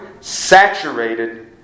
saturated